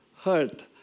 hurt